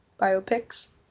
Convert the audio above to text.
biopics